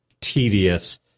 tedious